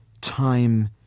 time